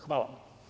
Hvala.